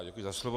Děkuji za slovo.